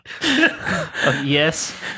Yes